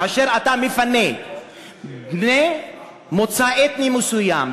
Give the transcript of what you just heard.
כאשר אתה מפנה בני מוצא אתני מסוים,